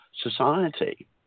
society